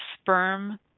sperm